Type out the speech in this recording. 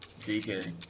DK